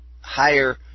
higher